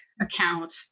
account